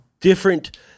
different